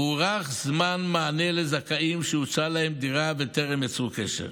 הוארך זמן המענה לזכאים שהוצעה להם דירה בטרם יצרו קשר.